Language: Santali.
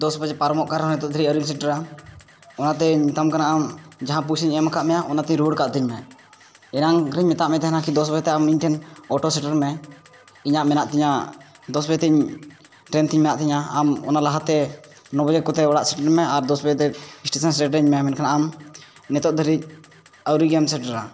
ᱫᱚᱥ ᱵᱟᱡᱮ ᱯᱟᱨᱚᱢᱚᱜ ᱠᱟᱱ ᱨᱮᱦᱚᱸ ᱱᱤᱛᱚᱜ ᱫᱷᱟᱹᱵᱤᱡ ᱟᱹᱣᱨᱤᱢ ᱥᱮᱴᱮᱨᱟ ᱚᱱᱟᱛᱤᱧ ᱢᱮᱛᱟᱢ ᱠᱟᱱᱟ ᱟᱢ ᱡᱟᱦᱟᱸ ᱯᱚᱭᱥᱟᱧ ᱮᱢ ᱟᱠᱟᱫ ᱢᱮᱭᱟ ᱚᱱᱟ ᱛᱤᱧ ᱨᱩᱣᱟᱹᱲ ᱠᱟᱹᱛᱤᱧ ᱢᱮ ᱮᱱᱟᱝ ᱠᱷᱚᱱ ᱤᱧ ᱢᱮᱛᱟᱫ ᱢᱮ ᱛᱟᱦᱮᱱᱟ ᱠᱤ ᱫᱚᱥ ᱵᱟᱡᱮ ᱟᱢ ᱤᱧ ᱴᱷᱮᱱ ᱚᱴᱳ ᱥᱮᱴᱮᱨ ᱢᱮ ᱤᱧᱟᱹᱜ ᱢᱮᱱᱟᱜ ᱛᱤᱧᱟ ᱫᱚᱥ ᱵᱟᱡᱮ ᱛᱤᱧ ᱴᱨᱮᱱ ᱛᱤᱧ ᱢᱮᱱᱟᱜ ᱛᱤᱧᱟ ᱟᱢ ᱚᱱᱟ ᱞᱟᱦᱟᱛᱮ ᱱᱚ ᱵᱟᱡᱮ ᱠᱚᱛᱮ ᱚᱲᱟᱜ ᱥᱮᱴᱮᱨ ᱢᱮ ᱟᱨ ᱫᱚᱥ ᱵᱟᱡᱮ ᱛᱮ ᱥᱴᱮᱥᱚᱱ ᱥᱮᱴᱮᱨᱤᱧ ᱢᱮ ᱢᱮᱱᱠᱷᱟᱱ ᱟᱢ ᱱᱤᱛᱚᱜ ᱫᱷᱟᱹᱵᱤᱡ ᱟᱹᱣᱨᱤ ᱜᱮᱢ ᱥᱮᱴᱮᱨᱟ